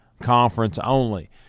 conference-only